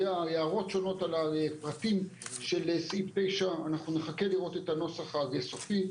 היו הערות שונות על הפרטים של סעיף 9. אנחנו נחכה לראות את הנוסח הסופי.